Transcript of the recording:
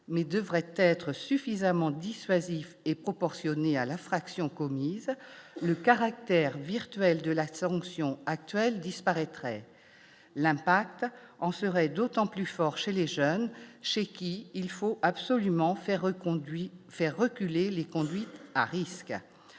mais devrait être suffisamment dissuasive et proportionnée à l'infraction commise le caractère virtuel de la sanction actuelle disparaîtrait l'impact en serait d'autant plus fort chez les jeunes, chez qui il faut absolument faire reconduit, faire reculer les conduites à risque,